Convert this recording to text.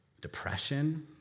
depression